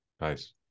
Nice